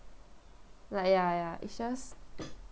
like ya ya it's just